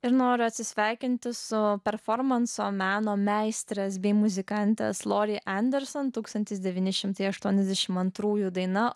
ir noriu atsisveikinti su performanso meno meistrės bei muzikantės lorai andersono tūkstantis devyni šimtai aštuoniasdešimt antrųjų daina